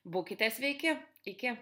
būkite sveiki iki